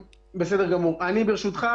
ברשותך,